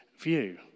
view